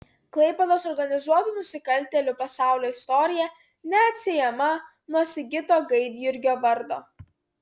klaipėdos organizuotų nusikaltėlių pasaulio istorija neatsiejama nuo sigito gaidjurgio vardo